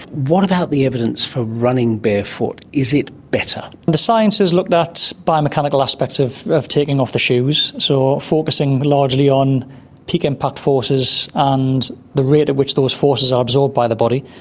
what about the evidence for running barefoot? is it better? the science is looked at so by mechanical aspects of of taking off the shoes, so focusing largely on peak impact forces and the rate at which those forces are absorbed by the body.